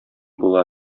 була